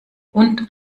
und